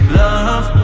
love